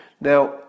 Now